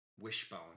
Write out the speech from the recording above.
Wishbone